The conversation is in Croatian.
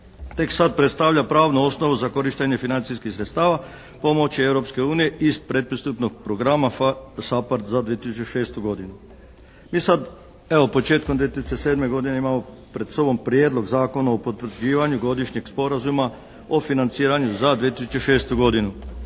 tek sad predstavlja pravnu osnovu za korištenje financijskih sredstava, pomoći Europske unije iz pretpristupnog programa SAPARD za 2006. godinu. Mi sad, evo, početkom 2007. godine imamo pred sobom Prijedlog zakona o potvrđivanju godišnjeg sporazuma o financiranju za 2006. godinu.